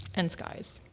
and skies.